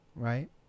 Right